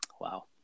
Wow